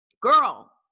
Girl